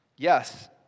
Yes